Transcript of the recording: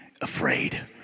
afraid